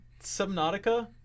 Subnautica